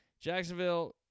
Jacksonville